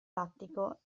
lattico